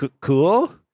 cool